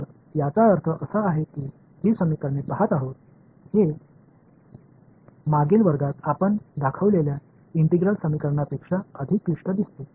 तर याचा अर्थ असा आहे की ही समीकरणे पहात आहोत हे मागील वर्गात आपण दाखवलेल्या इंटिग्रल समीकरणापेक्षा अधिक क्लिष्ट दिसते